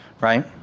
right